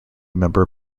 member